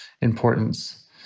importance